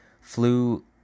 flew